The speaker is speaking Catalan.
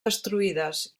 destruïdes